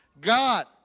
God